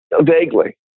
Vaguely